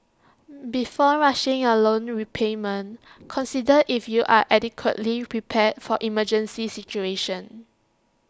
before rushing your loan repayment consider if you are adequately prepared for emergency situations